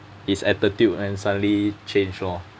his attitude then suddenly change lor